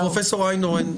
אבל פרופסור איינהורן,